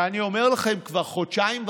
ואני אומר לכם כבר חודשיים וחצי: